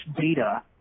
data